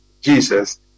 jesus